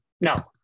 No